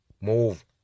Move